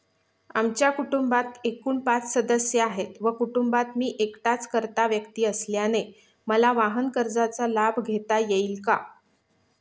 आमच्या कुटुंबात एकूण पाच सदस्य आहेत व कुटुंबात मी एकटाच कर्ता व्यक्ती असल्याने मला वाहनकर्जाचा लाभ घेता येईल का?